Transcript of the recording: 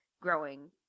growing